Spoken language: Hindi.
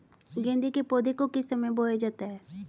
गेंदे के पौधे को किस समय बोया जाता है?